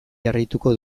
jarraituko